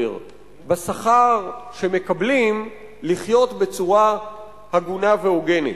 בשכר שמקבלים לחיות בצורה הגונה והוגנת.